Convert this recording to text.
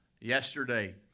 Yesterday